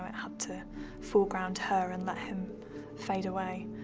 had to foreground her and let him fade away,